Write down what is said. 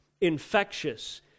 Infectious